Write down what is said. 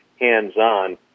hands-on